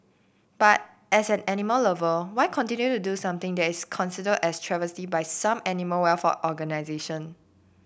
but as an animal lover why continue to do something that is considered a travesty by some animal welfare organisation